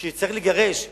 כי צריך לגרש משפחה.